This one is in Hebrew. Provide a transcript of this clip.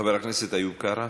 חבר הכנסת איוב קרא,